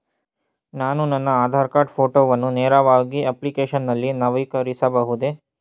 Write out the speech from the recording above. ನಾನು ನನ್ನ ಆಧಾರ್ ಕಾರ್ಡ್ ಫೋಟೋವನ್ನು ನೇರವಾಗಿ ಅಪ್ಲಿಕೇಶನ್ ನಲ್ಲಿ ನವೀಕರಿಸಬಹುದೇ?